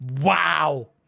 Wow